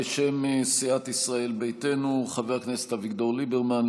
בשם סיעת ישראל ביתנו, חבר הכנסת אביגדור ליברמן.